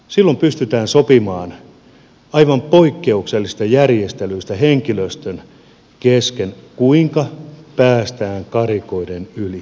silloin pystytään sopimaan aivan poikkeuksellisista järjestelyistä henkilöstön kesken kuinka päästään karikoiden yli